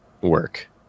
work